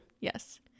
Yes